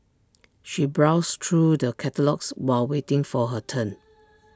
she browsed through the catalogues while waiting for her turn